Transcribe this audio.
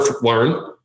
Learn